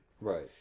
Right